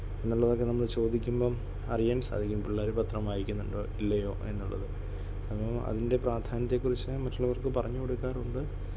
എന്നുള്ളതൊക്കെ നമ്മൾ ചോദിക്കുമ്പം അറിയാൻ സാധിക്കും പിള്ളേർ പത്രം വായിക്കുന്നുണ്ടോ ഇല്ലയോ എന്നുള്ളത് അപ്പം അതിൻ്റെ പ്രാധാന്യത്തെ കുറിച്ച് മറ്റുള്ളവർക്ക് പറഞ്ഞുകൊടുക്കാറുണ്ട്